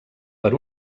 per